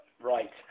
Right